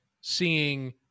seeing